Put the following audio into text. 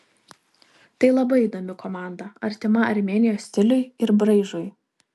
tai labai įdomi komanda artima armėnijos stiliui ir braižui